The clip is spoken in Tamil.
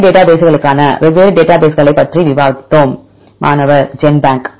ஏ டேட்டாபேஸ்க்களுக்கான வெவ்வேறு டேட்டாபேஸ் களைப் பற்றி விவாதித்தோம் மாணவர் ஜென்பேங்க்